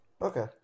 Okay